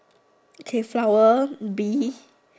okay flower Bee